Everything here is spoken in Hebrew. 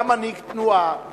גם מנהיג תנועה,